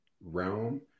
realm